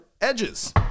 edges